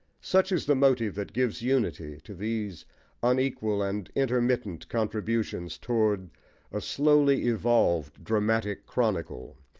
such is the motive that gives unity to these unequal and intermittent contributions toward a slowly evolved dramatic chronicle,